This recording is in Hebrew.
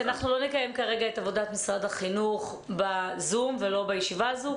אנחנו לא נקיים כרגע את עבודת משרד החינוך בזום ולא בישיבה הזאת.